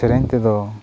ᱥᱮᱨᱮᱧ ᱛᱮᱫᱚ